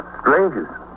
Strangers